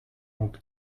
raok